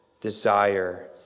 desire